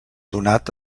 donat